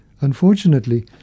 Unfortunately